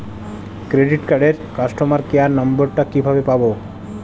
Credit কার্ডের customer care number টা কিভাবে পাবো?